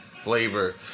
flavor